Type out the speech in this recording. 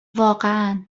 واقعا